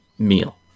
meal